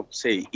say